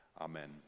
Amen